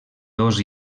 dos